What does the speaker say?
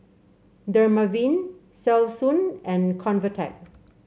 Dermaveen Selsun and Convatec